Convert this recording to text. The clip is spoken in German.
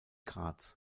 graz